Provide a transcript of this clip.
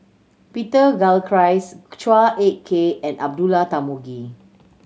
Peter Gilchrist Chua Ek Kay and Abdullah Tarmugi